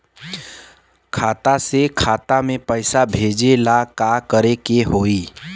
खाता से खाता मे पैसा भेजे ला का करे के होई?